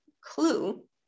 clue